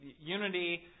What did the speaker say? Unity